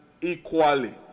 equally